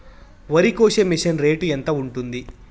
వరికోసే machine rate ఎంత ఉంటుంది?